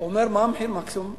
הוא אומר: מה מחיר המקסימום?